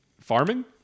farming